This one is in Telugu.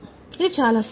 ఇది చాలా సులభం